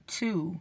two